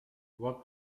what